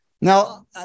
Now